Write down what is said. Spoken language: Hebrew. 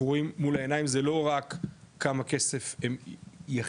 רואים מול העיניים זה לא רק כמה כסף הם יכניסו,